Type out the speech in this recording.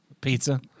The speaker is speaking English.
Pizza